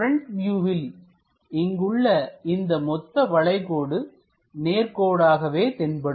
front வியூவில் இங்குள்ள இந்த மொத்த வளைகோடு நேர்கோடாகவே தென்படும்